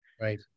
Right